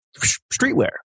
streetwear